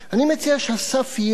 אני מציע שהסף יהיה